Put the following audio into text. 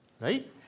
right